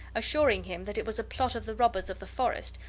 assuring him that it was a plot of the robbers of the forest,